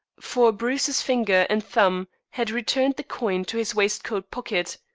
for bruce's finger and thumb had returned the coin to his waistcoat pocket.